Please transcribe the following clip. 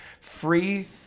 free